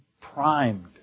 primed